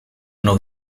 nog